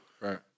Right